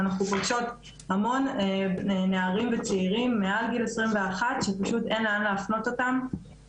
אנחנו פוגשות המון נערים וצעירים מעל גיל 21 שפשוט אין לאן להפנות אותם